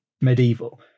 medieval